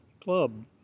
club